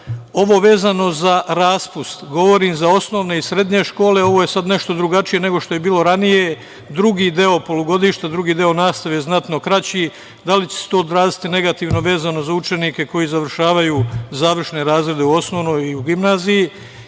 Vezano za raspust, govorim za osnovne i srednje škole, ovo je sada nešto drugačije nego što je bilo ranije, drugi deo polugodišta, drugi deo nastave je znatno kraći, da li će se to odraziti negativno vezano za učenike koji završavaju završne razrede u osnovoj školi i u gimnaziji?